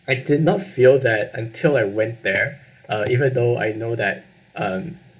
I did not feel that until I went there uh even though I know that um